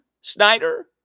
Snyder